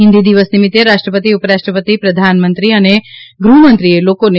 હિન્દી દિવસ નિમિત્તે રાષ્ટ્રપતિ ઉપરાષ્ટ્રપતિ પ્રધાનમંત્રી અને ગૃહમંત્રીએ લોકોને